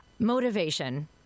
Motivation